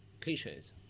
cliches